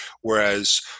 whereas